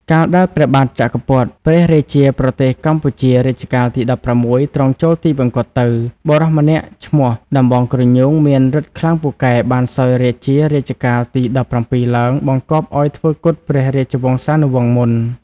កាលដែលព្រះបាទចក្រពត្រ ព្រះរាជាប្រទេសកម្ពុជារជ្ជកាលទី ១៦ ទ្រង់ចូលទិវង្គតទៅ បុរសម្នាក់ឈ្មោះ ដំបងគ្រញូងមានរិទ្ធិខ្លាំងពូកែបានសោយរាជ្យជារជ្ជកាលទី ១៧ ឡើង បង្គាប់ឲ្យធ្វើគុតព្រះរាជវង្សានុវង្សមុន ។